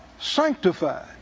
sanctified